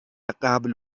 قبل